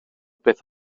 beth